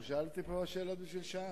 הוא שאל אותי פה שאלות בשביל שעה.